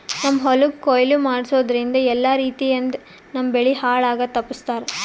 ನಮ್ಮ್ ಹೊಲಕ್ ಕೊಯ್ಲಿ ಮಾಡಸೂದ್ದ್ರಿಂದ ಎಲ್ಲಾ ರೀತಿಯಂಗ್ ನಮ್ ಬೆಳಿ ಹಾಳ್ ಆಗದು ತಪ್ಪಸ್ತಾರ್